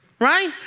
right